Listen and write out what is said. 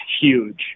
huge